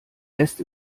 lässt